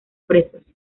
presos